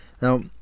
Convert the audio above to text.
now